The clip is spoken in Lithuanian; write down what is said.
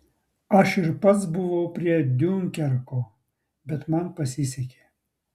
aš ir pats buvau prie diunkerko bet man pasisekė